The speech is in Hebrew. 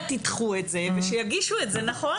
תידחו את זה ושיגישו את זה נכון.